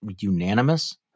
unanimous